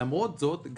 למרות זאת,